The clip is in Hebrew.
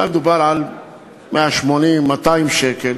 אולי מדובר על 180 200 שקל.